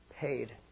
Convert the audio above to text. Paid